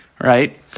right